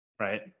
right